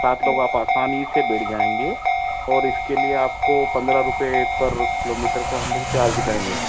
सात लोग आप आसानी से बैठ जाएँगे और इसके लिए आपको पंद्रह रुपए पर किलोमीटर का हम लोग चार्ज करेंगे